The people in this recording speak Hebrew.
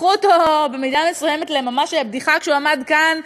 הפכו אותו במידה מסוימת לממש בדיחה כשהוא עמד כאן,